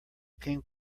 ping